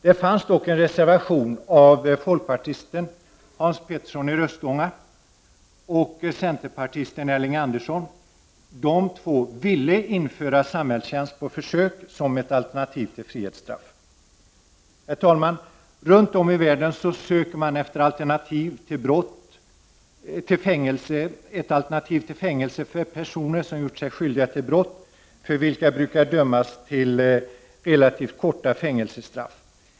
Det fanns dock en reservation av folkpartisten Hans Petersson i Röstånga och centerpartisten Elving Andersson, som ville införa samhällstjänst på försök som ett alternativ till frihetsstraff. Herr talman! Runt om i världen söker man efter alternativ till fängelse för personer som gjort sig skyldiga till brott för vilka brukar dömas till relativt korta fängelsestraff.